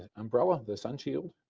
umbrella, the sun shield.